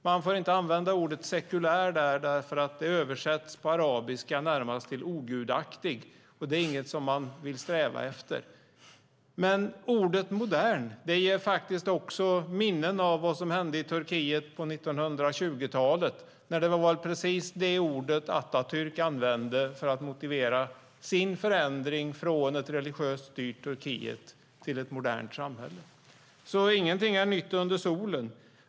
Man får inte använda ordet sekulär eftersom det på arabiska översätts till närmast ogudaktig, och det är inget som man vill sträva efter. Men ordet modern ger också minnen av vad som hände i Turkiet på 1920-talet. Det var precis det ord som Atatürk använda för att motivera sin förändring från ett religiöst styrt Turkiet till ett modernt samhälle. Ingenting är nytt under solen.